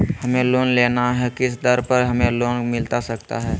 हमें लोन लेना है किस दर पर हमें लोन मिलता सकता है?